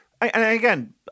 again